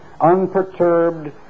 unperturbed